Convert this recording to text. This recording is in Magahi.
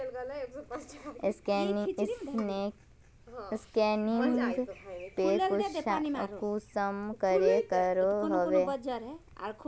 स्कैनिंग पे कुंसम करे करो होबे?